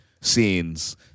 scenes